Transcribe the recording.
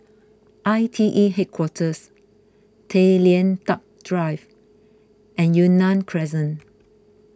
I T E Headquarters Tay Lian Teck Drive and Yunnan Crescent